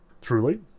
Truly